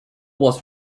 was